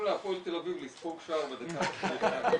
להפועל תל אביב לספוג שער בדקה ה-90.